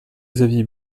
xavier